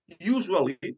usually